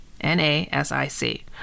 N-A-S-I-C